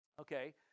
okay